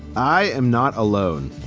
i am not alone.